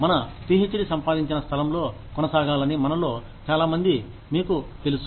మన పీహెచ్డీ సంపాదించిన స్థలంలో కొనసాగాలని మనలో చాలా మంది మీకు తెలుసు